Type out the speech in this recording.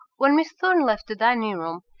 when miss thorne left the dining-room,